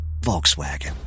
Volkswagen